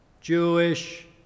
Jewish